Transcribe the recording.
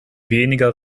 weniger